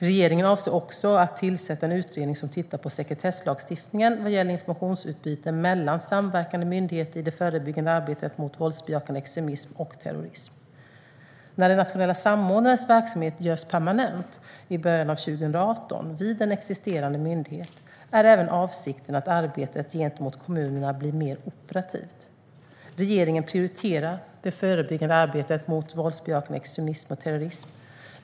Regeringen avser också att tillsätta en utredning som tittar på sekretesslagstiftningen vad gäller informationsutbyte mellan samverkande myndigheter i det förebyggande arbetet mot våldsbejakande extremism och terrorism. När den nationella samordnarens verksamhet görs permanent i början av 2018, vid en existerande myndighet, är även avsikten att arbetet gentemot kommunerna ska bli mer operativt. Regeringen prioriterar det förebyggande arbetet mot våldsbejakande extremism och terrorism.